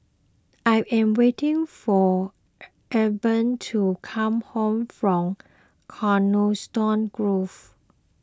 I am waiting for Egbert to come back from Coniston Grove